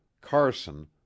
carson